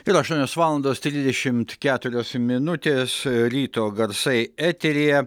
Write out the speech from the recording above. ir aštuonios valandos trisdešimt keturios minutės ryto garsai eteryje